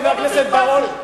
חבר הכנסת בר-און,